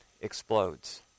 explodes